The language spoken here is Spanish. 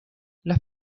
las